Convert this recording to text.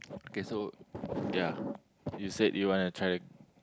K so ya you said you wanna try